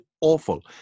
awful